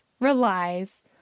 relies